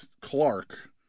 Clark